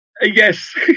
yes